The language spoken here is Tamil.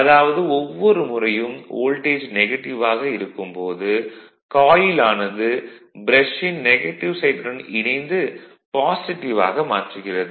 அதாவது ஒவ்வொரு முறையும் வோல்டேஜ் நெகட்டிவ் ஆக இருக்கும் போது காயில் ஆனது ப்ரஷின் நெகட்டிவ் சைடுடன் இணைந்து பாசிட்டிவ் ஆக மாற்றுகிறது